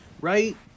right